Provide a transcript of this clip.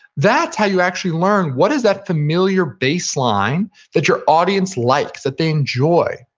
that's how you actually learn, what is that familiar baseline that your audience likes, that they enjoy?